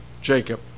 Jacob